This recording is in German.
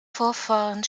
vorfahren